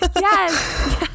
yes